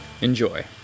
Enjoy